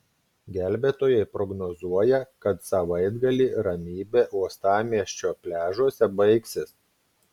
gelbėtojai prognozuoja kad savaitgalį ramybė uostamiesčio pliažuose baigsis